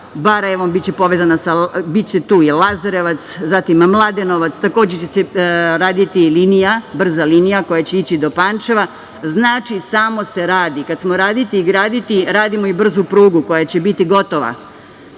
Barajevom, biće tu i Lazarevac, zatim Mladenovac, takođe će se raditi linija, brza linija, koja će ići do Pančeva. Znači, samo se radi. Radimo i brzu prugu koja će biti gotova